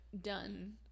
done